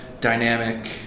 dynamic